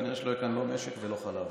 כנראה שלא יהיה כאן לא משק ולא חלב.